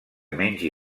mengi